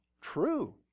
true